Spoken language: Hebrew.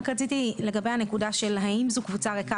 רק רציתי לגבי הנקודה של האם זו קבוצה ריקה